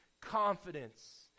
confidence